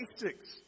basics